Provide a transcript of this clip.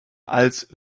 als